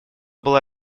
была